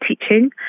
teaching